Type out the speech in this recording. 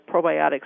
probiotics